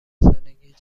سالگی